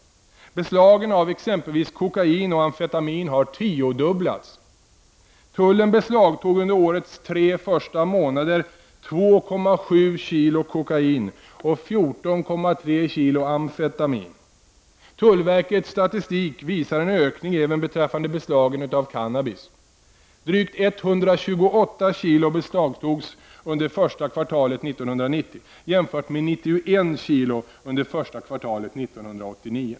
Beslagen av exempelvis kokain och amfetamin har tiodubblats. Tullen beslagtog under årets tre första månader 2,7 kilo kokain och 14,3 kilo amfetamin. Tullverkets statistik visar en ökning även beträffande beslagen av cannabis. Drygt 128 kilo beslagtogs under första kvartalet 1990, jämfört med 91 kilo under första kvartalet 1989.